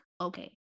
okay